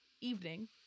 evening